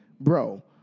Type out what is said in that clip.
Bro